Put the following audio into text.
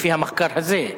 לפי המחקר הזה.